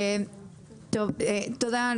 תודה.